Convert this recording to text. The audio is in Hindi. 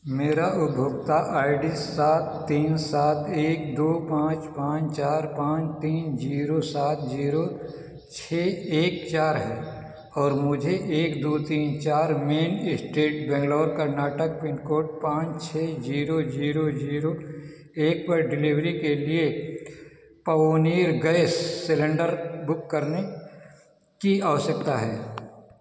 मेरी उपभोक्ता आई डी सात तीन सात एक दो पाँच पाँच चार पाँच तीन जीरो सात जीरो छः एक चार है और मुझे एक दो तीन चार main street Bangalore Karnataka pin code पाँच छः जीरो जीरो जीरो एक पर डिलीवरी के लिए पओनीर गैस सिलेंडर बुक करने की आवश्यकता है